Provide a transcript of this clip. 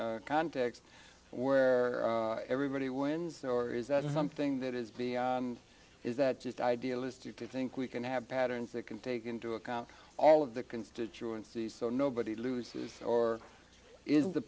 context where everybody wins or is that something that is being is that just idealistic to think we can have patterns that can take into account all of the constituencies so nobody loses or is the